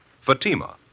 Fatima